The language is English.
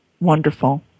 wonderful